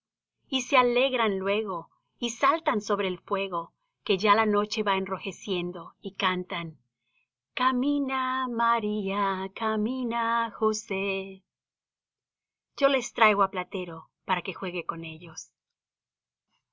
y se alegran luego y saltan sobre el fuego que ya la noche va enrojeciendo y cantan camina maría camina josé yo les traigo á platero para que juegue con ellos